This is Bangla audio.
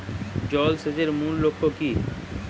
জল সেচের মূল লক্ষ্য কী?